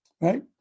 Right